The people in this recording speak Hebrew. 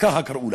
כך קראו לה,